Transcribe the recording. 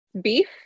Beef